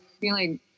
feeling